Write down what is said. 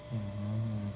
hmm